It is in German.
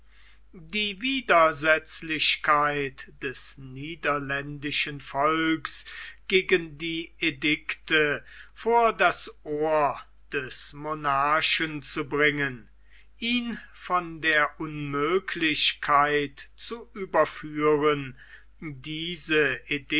die widersetzlichkeit des niederländischen volks gegen die edikte vor das ohr des monarchen zu bringen ihn von der unmöglichkeit zu überführen diese